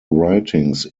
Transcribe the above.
writings